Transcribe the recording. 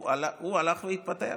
הוא הלך והתפטר,